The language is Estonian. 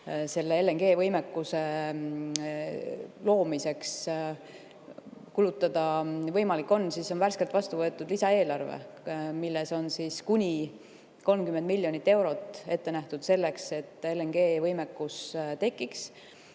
LNG‑võimekuse loomiseks kulutada on võimalik, siis värskelt on vastu võetud lisaeelarve, milles on kuni 30 miljonit eurot ette nähtud selleks, et LNG‑võimekus tekiks.